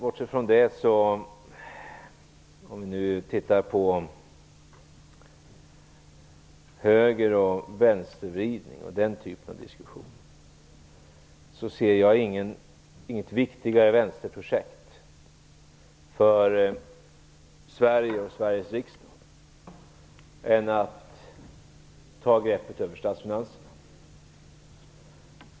Om vi nu tittar på diskussionen om höger och vänstervridning ser jag inget viktigare vänsterprojekt för Sverige och Sveriges riksdag än att ta greppet över statsfinanserna.